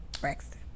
Braxton